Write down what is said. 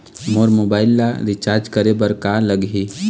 मोर mobile ला recharge करे बर का लगही?